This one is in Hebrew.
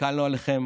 הסתכלנו עליכם